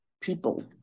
people